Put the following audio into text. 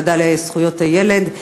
הוועדה לזכויות הילד,